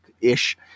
ish